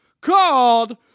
called